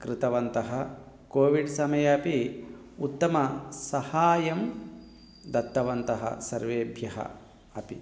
कृतवन्तः कोविड् समये अपि उत्तमंसहायं दत्तवन्तः सर्वेभ्यः अपि